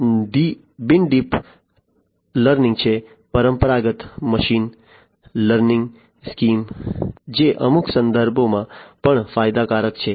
અન્ય બિન deep non deep learningલર્નિંગ છે પરંપરાગત મશીન લર્નિંગ સ્કીમ જે અમુક સંદર્ભોમાં પણ ફાયદાકારક છે